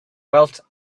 wealth